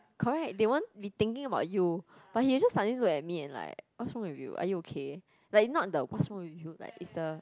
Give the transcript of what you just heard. correct they won't be thinking about you but he'll just suddenly look at me and like what's wrong with you are you okay like not the what's wrong with you it's the